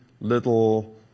little